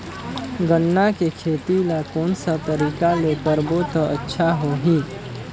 गन्ना के खेती ला कोन सा तरीका ले करबो त अच्छा होही?